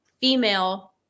female